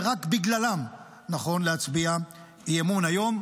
ורק בגללם נכון להצביע אי-אמון היום.